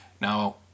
Now